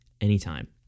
anytime